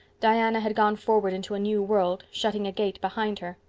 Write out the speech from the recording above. diana had gone forward into a new world, shutting a gate behind her,